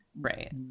Right